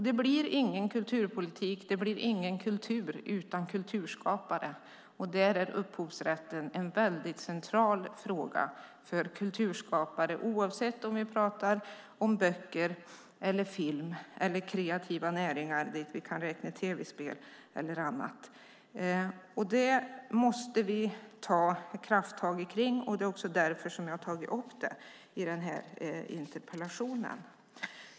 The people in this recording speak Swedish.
Det blir ingen kulturpolitik och ingen kultur utan kulturskapare, och upphovsrätten är en central fråga för kulturskapare, oavsett om vi pratar om böcker, film eller kreativa näringar, dit vi kan räkna tv-spel och annat. Detta måste vi ta krafttag kring. Det är också därför jag har tagit upp det i denna interpellation.